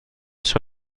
sur